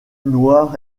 noir